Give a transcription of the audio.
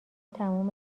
تموم